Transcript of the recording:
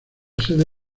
sede